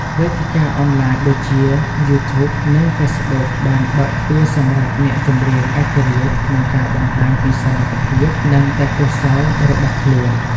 វេទិកាអនឡាញដូចជា យូធូប និងហ្វេសប៊ុកបានបើកទ្វារសម្រាប់អ្នកចម្រៀងឯករាជ្យក្នុងការបង្ហាញពីសមត្ថភាព និងទេសពកោសល្យរបស់ខ្លួន។